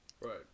Right